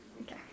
Okay